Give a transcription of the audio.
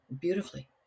Beautifully